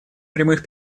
прямых